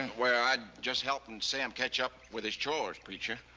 and well, i'm just helping sam catch up with his chores, preacher.